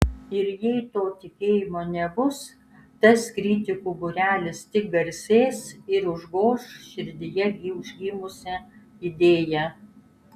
ir jei to tikėjimo nebus tas kritikų būrelis tik garsės ir užgoš širdyje užgimusią idėją